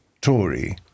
Tory